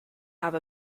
have